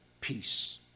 peace